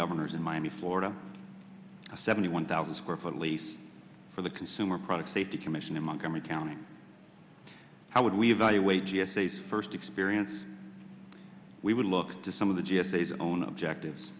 governors in miami florida a seventy one thousand square foot leaf for the consumer product safety commission in montgomery county how would we evaluate g s a first experience we would look to some of the g s a its own objectives